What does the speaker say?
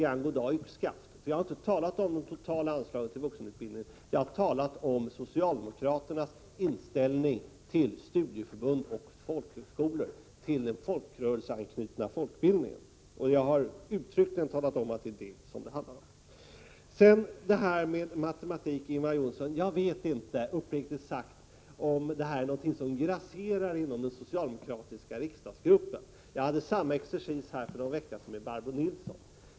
1987/88:110 nämligen inte talat om det totala anslaget till vuxenutbildningen, utan jaghar 28 april 1988 talat om socialdemokraternas inställning till studieförbund och folkhögskolor, till den folkrörelseanknutna folkbildningen. Jag har uttryckligen talat om att det är vad det handlar om. Sedan till det här med matematik, Ingvar Johnsson. Uppriktigt sagt vet jag inte om det som nu har inträffat är någonting som grasserar inom den socialdemokratiska riksdagsgruppen. Jag hade samma exercis här i kammaren för någon vecka sedan med Barbro Nilsson.